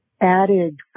added